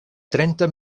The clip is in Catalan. trenta